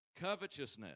Covetousness